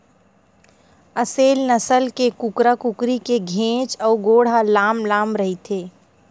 असेल नसल के कुकरा कुकरी के घेंच अउ गोड़ ह लांम लांम रहिथे